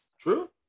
true